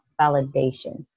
validation